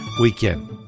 weekend